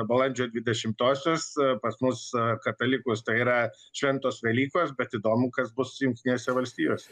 balandžio dvidešimosios pas mus katalikus tai yra šventos velykos bet įdomu kas bus jungtinėse valstijose